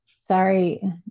sorry